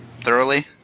Thoroughly